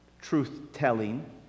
truth-telling